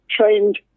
trained